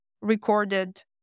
recorded